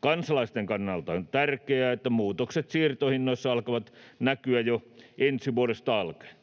Kansalaisten kannalta on tärkeää, että muutokset siirtohinnoissa alkavat näkyä jo ensi vuodesta alkaen.